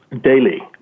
daily